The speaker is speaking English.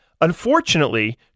Unfortunately